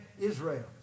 Israel